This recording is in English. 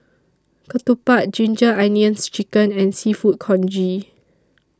Ketupat Ginger Onions Chicken and Seafood Congee